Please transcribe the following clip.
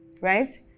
right